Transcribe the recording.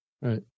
right